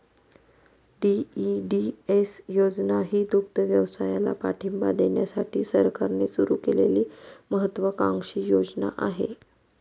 DEDS योजना ही दुग्धव्यवसायाला पाठिंबा देण्यासाठी सरकारने सुरू केलेली महत्त्वाकांक्षी योजना आहे